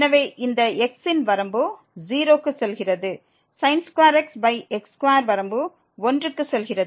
எனவே இந்த x ன் வரம்பு 0 க்கு செல்கிறது x x2 வரம்பு 1 க்கு செல்கிறது